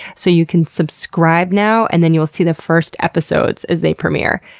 so you can subscribe now and then you'll see the first episodes as they premiere.